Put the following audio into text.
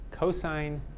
cosine